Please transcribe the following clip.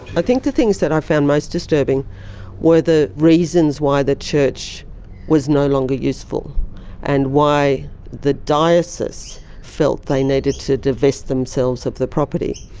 i think the things that i found most disturbing were the reasons why the church was no longer useful and why the diocese felt they needed to divest themselves of the property,